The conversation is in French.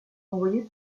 envoyé